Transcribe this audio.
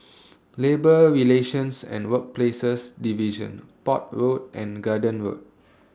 Labour Relations and Workplaces Division Port Road and Garden Road